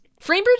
Framebridge